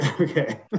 Okay